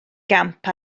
gamp